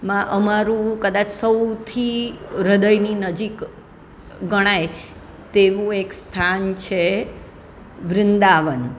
એમાં અમારું કદાચ સૌથી હૃદયની નજીક ગણાય તેવું એક સ્થાન છે વૃંદાવન